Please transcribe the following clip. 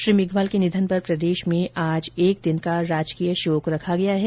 श्री मेघवाल के निधन पर प्रदेश में आज एक दिन का राजकीय शोक रखा गया है